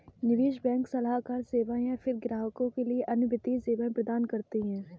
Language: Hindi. निवेश बैंक सलाहकार सेवाएँ या फ़िर ग्राहकों के लिए अन्य वित्तीय सेवाएँ प्रदान करती है